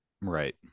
right